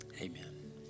Amen